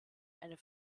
einer